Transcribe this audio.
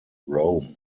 rome